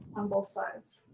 on both sides,